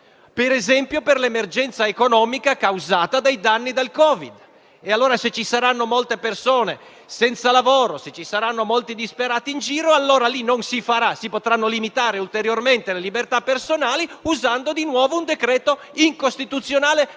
ad esempio per l'emergenza economica, causata dai danni del Covid. Se ci saranno molte persone senza lavoro e se ci saranno molti disperati in giro, si potranno dunque limitare ulteriormente le libertà personali, usando di nuovo un decreto, che è incostituzionale